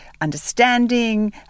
understanding